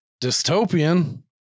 dystopian